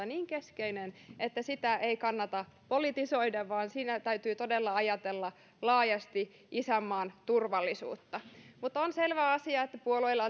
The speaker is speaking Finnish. niin keskeinen että sitä ei kannata politisoida vaan siinä täytyy todella ajatella laajasti isänmaan turvallisuutta on selvä asia että puolueilla